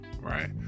right